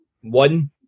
one